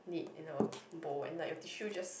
it in a bowl and like your tissue just